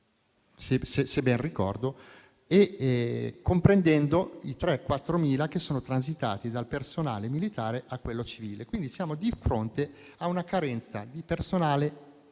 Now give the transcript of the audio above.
se ben ricordo - comprendendo i 3.000-4.000 che sono transitati dal personale militare a quello civile. Siamo di fronte a una carenza di personale enorme.